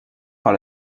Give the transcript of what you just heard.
par